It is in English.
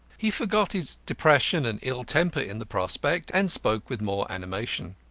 he forgot his depression and ill-temper in the prospect, and spoke with more animation.